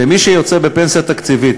שמי שיוצא בפנסיה תקציבית,